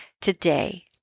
today